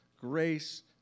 grace